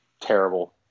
terrible